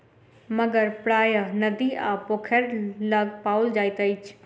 मगर प्रायः नदी आ पोखैर लग पाओल जाइत अछि